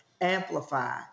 amplify